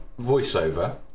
voiceover